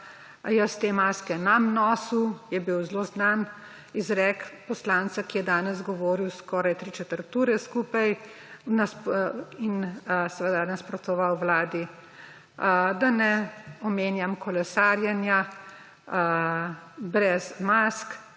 »Jaz te maske ne bom nosil,« je bil zelo znan izrek poslanca, ki je danes govoril skoraj tri četrt ure skupaj in nasprotoval vladi. Da ne omenjam kolesarjenja brez mask